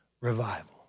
revival